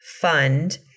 Fund